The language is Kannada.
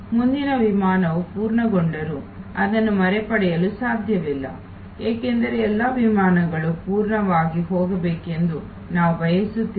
ಮುಂದಿನ ವಿಮಾನವು ಪೂರ್ಣಗೊಂಡರೂ ಅದನ್ನು ಮರುಪಡೆಯಲು ಸಾಧ್ಯವಿಲ್ಲ ಏಕೆಂದರೆ ಎಲ್ಲಾ ವಿಮಾನಗಳು ಪೂರ್ಣವಾಗಿ ಹೋಗಬೇಕೆಂದು ನಾವು ಬಯಸುತ್ತೇವೆ